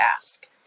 ask